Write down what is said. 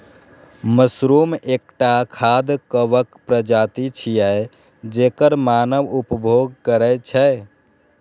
mushroom एकटा खाद्य कवक प्रजाति छियै, जेकर मानव उपभोग करै छै